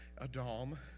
Adam